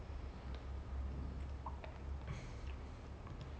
the it flashes about in the movie whenever he goes to pick up jayden